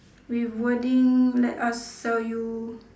with wording let us sell you